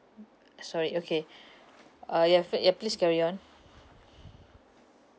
sorry okay uh ya fit~ ya please carry on